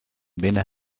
binnen